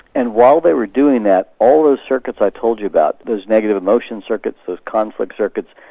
and while they were doing that all those circuits i told you about, those negative emotion circuits, those conflict circuits,